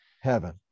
heaven